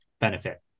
benefit